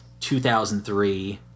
2003